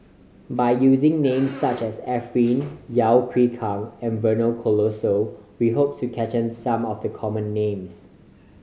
by using names such as Arifin Yeo Yeow Kwang and Vernon Cornelius we hope to capture some of the common names